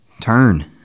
turn